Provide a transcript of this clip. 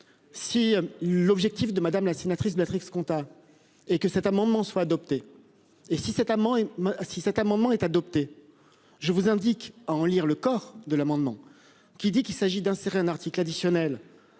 Si l'objectif de madame la sénatrice de l'Afrique à et que cet amendement soit adopté. Et si cet amant et si cet amendement est adopté. Je vous indique à en lire le corps de l'amendement qui dit qu'il s'agit d'insérer un article additionnel.